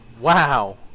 Wow